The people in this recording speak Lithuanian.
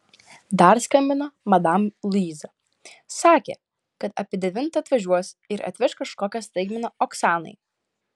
dar skambino madam luiza sakė kad apie devintą atvažiuos ir atveš kažkokią staigmeną oksanai